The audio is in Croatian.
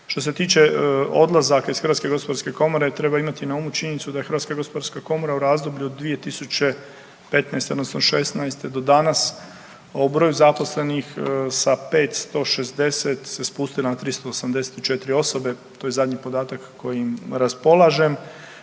Što se tiče odlazaka iz HGK treba imati na umu činjenicu da je HGK u razdoblju od 2015. odnosno '16. do danas o broju zaposlenih sa 560 se spustila na 384 osobe, to je zadnji podatak kojim raspolažem.